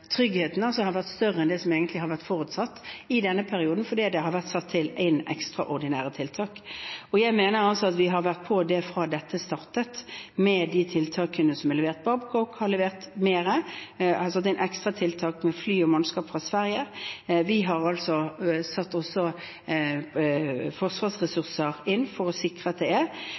tryggheten har vært større enn det som egentlig har vært forutsatt i denne perioden, fordi det har vært satt inn ekstraordinære tiltak. Jeg mener at vi har vært på det fra dette startet, med de tiltakene som er levert. Babcock har levert mer – har satt inn ekstra tiltak med fly og mannskap fra Sverige. Vi har også satt inn forsvarsressurser for å sikre dette. Folk skal oppleve trygghet med det tilbudet som er.